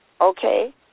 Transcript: okay